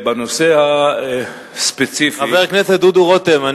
חבר הכנסת דודו רותם,